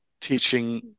teaching